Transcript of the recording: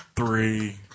Three